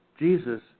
Jesus